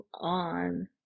on